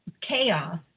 chaos